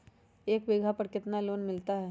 एक बीघा पर कितना लोन मिलता है?